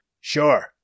sure